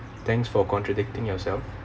thanks for contradicting yourself